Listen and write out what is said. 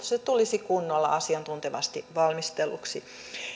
se tulisi kunnolla asiantuntevasti valmistelluksi